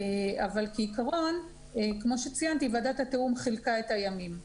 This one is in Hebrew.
אבל כעקרון כמו שציינתי ועדת התיאום חילקה את הימים.